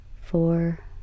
four